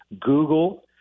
Google